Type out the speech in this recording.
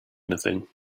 anything